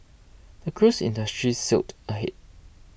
the cruise industry sailed ahead